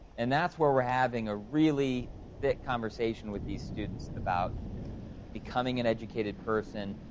and that's where we're having a really thick conversation with these students about becoming an educated person.